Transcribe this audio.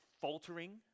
faltering